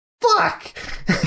fuck